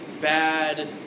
bad